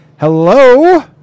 Hello